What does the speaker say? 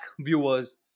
viewers